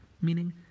Meaning